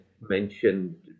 mentioned